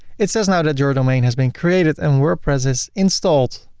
it says now that your domain has been created and wordpress is installed.